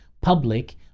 public